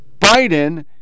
Biden